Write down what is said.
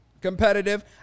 competitive